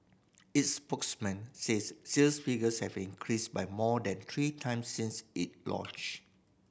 its spokesman says sales figures have increased by more than three times since it launched